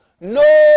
no